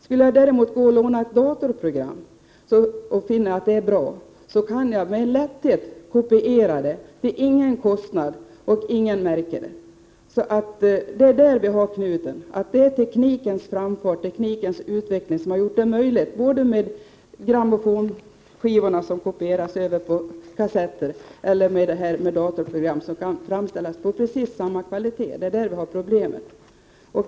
Skulle jag däremot gå och låna ett datorprogram och finna att det är bra kan jag med lätthet kopiera det utan kostnad och utan att någon märker det. Det är teknikens framfart och utveckling som har gjort det möjligt att kopiera grammofonskivor till kassettband och att kopiera datorprogram till samma kvalitet som originalet. Det är detta som är problemet.